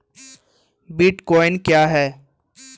Bitcoin क्या है?